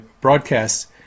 broadcasts